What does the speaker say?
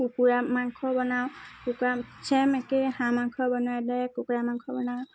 কুকুৰা মাংস বনাওঁ কুকুৰা ছেইম একে হাঁহ মাংস বনোৱাৰ দৰে কুকুৰা মাংস বনাওঁ